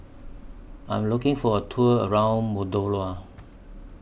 I Am looking For A Tour around Moldova